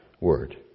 word